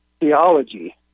theology